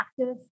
active